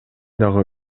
дагы